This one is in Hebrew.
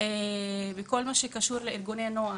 בכל מה שקשור לארגוני נוער.